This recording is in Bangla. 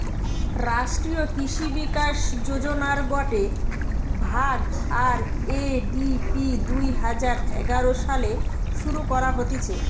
রাষ্ট্রীয় কৃষি বিকাশ যোজনার গটে ভাগ, আর.এ.ডি.পি দুই হাজার এগারো সালে শুরু করা হতিছে